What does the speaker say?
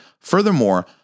Furthermore